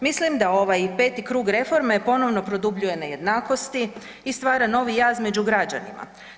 Mislim da ovaj 5. krug reforme ponovno produbljuje nejednakosti i stvara novi jaz među građanima.